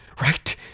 right